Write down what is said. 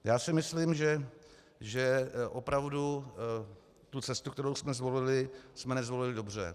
Já si myslím, že opravdu cestu, kterou jsme zvolili, jsme nezvolili dobře.